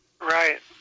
Right